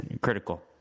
Critical